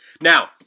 Now